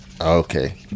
Okay